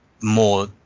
more